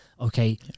okay